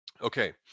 Okay